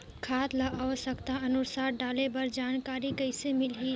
खाद ल आवश्यकता अनुसार डाले बर जानकारी कइसे मिलही?